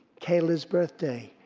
kayla's birthday.